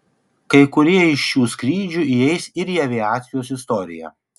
kai kurie iš šių skrydžių įeis ir į aviacijos istoriją